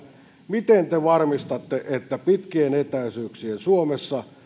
miten te varmistatte että pitkien etäisyyksien suomessa